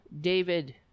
David